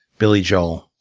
billy joel.